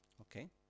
Okay